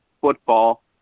football